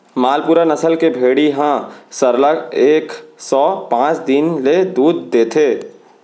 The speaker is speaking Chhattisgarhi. मालपुरा नसल के भेड़ी ह सरलग एक सौ पॉंच दिन ले दूद देथे